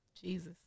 Jesus